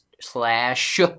slash